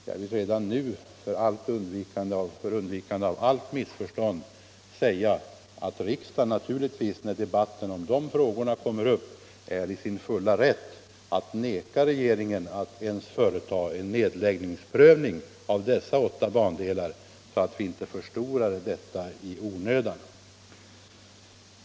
För undvikande av allt missförstånd och för att denna fråga inte i onödan skall förstoras vill jag redan nu säga att riksdagen, när debatten om de frågorna kommer upp, naturligtvis är i sin fulla rätt att vägra regeringen att företa ens en nedläggningsprövning när det gäller dessa åtta bandelar.